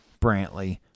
Brantley